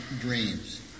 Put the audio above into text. dreams